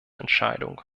entscheidung